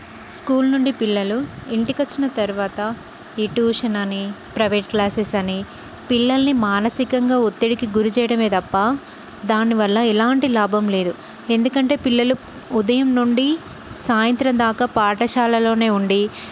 school నుండి పిల్లలు ఇంటికి వచ్చిన తరువాత ఈ ట్యూషన్ అని ప్రైవేట్ క్లాసెస్ అని పిల్లలని మానసికంగా ఒత్తిడికి గురి చేయడం తప్ప దాని వల్ల ఎలాంటి లాభం లేదు ఎందుకంటే పిల్లలు ఉదయం నుండి సాయంత్రం దాకా పాఠశాలలో ఉండి